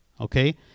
Okay